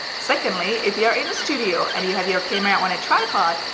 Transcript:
secondly if you are in a studio and you have your camera on a tripod,